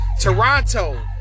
Toronto